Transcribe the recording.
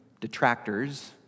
detractors